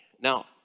Now